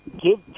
give